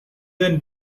then